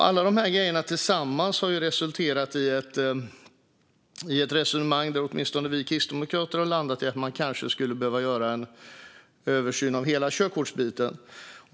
Alla de här grejerna tillsammans har resulterat i ett resonemang där åtminstone vi kristdemokrater har landat i att man kanske skulle behöva göra en översyn av hela körkortsbiten.